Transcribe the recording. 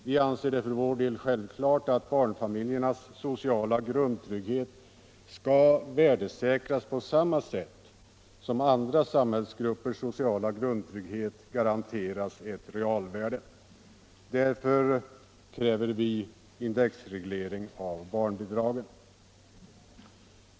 Vi anser det för vår del självklart att barnfamiljernas sociala grundtrygghet skall värdesäkras på samma sätt som andra samhällsgruppers sociala grundtrygghet garanteras ett realvärde. Därför kräver vi indexreglering av barnbidragen.